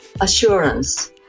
assurance